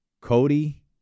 Cody